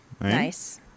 Nice